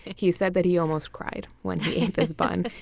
he said that he almost cried when he ate this bun.